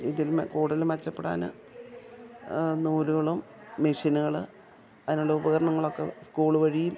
ഇതിൽ കൂടുതൽ മെച്ചപ്പെടാൻ നൂലുകളും മെഷ്യനുകള് അതിനുള്ള ഉപകരണങ്ങളൊക്കെ സ്കൂള് വഴിയും